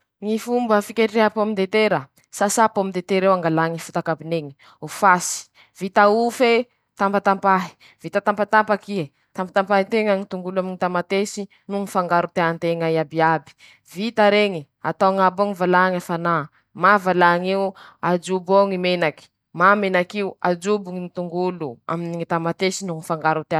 Manahaky anizao ñy fomba fikarakarà ñy legimy, añatiny ñy laforo mba tsy ho masaky mare :-Apetrakin-teña añatiny ñy laforo ao i,aminy ñy hafanà sivampolo amy zato degire selisisy na roanjato degire selisisy, añatiny ñy roapolo na telopolo minity, manahaky anizay ñy fametraha ñazy añatiny ñy laforo oñy ao, tsy afangaro mare legimy iñy aminy ñizay masaky soa aa, ro misy elañelany